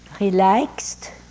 relaxed